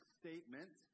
statement